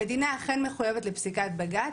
המדינה אכן מחויבת לפסיקת בג"צ.